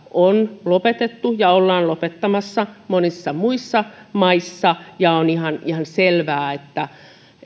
on lopetettu ja ollaan lopettamassa monissa muissa maissa ja on ihan ihan selvää että